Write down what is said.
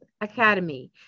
Academy